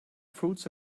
fruits